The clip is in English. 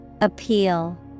Appeal